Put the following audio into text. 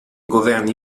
governi